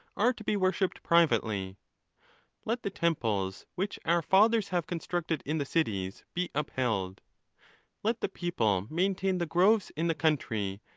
are to be worshipped privately let the temples which our fathers have constructed in the cities, be upheld let the people maintain the groves in the country,